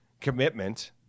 commitment